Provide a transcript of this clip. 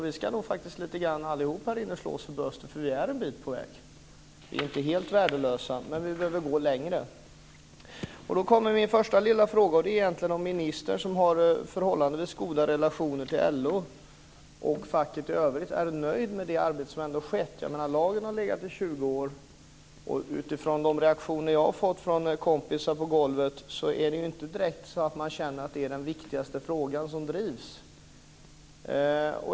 Vi ska nog allihop här slå oss lite grann för bröstet, för vi är en bit på väg. Vi är inte helt värdelösa, men vi behöver gå längre. Då kommer min första lilla fråga. Är ministern, som har förhållandevis goda relationer till LO och facket i övrigt, nöjd med det arbete som ändå har skett? Lagen har ju legat i 20 år, och utifrån de reaktioner jag har fått från kompisar på golvet kan jag säga att det inte direkt är så att man känner att det är den viktigaste frågan som drivs.